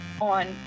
on